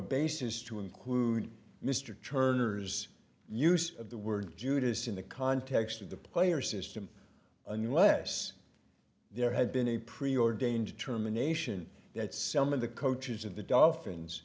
basis to include mr turner's use of the word judas in the context of the player system unless there had been a preordained terminations that some of the coaches of the dolphins